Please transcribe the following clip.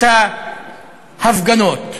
את ההפגנות.